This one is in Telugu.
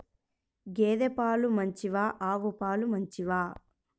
గేద పాలు మంచివా ఆవు పాలు మంచివా?